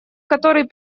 который